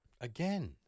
Again